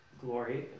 glory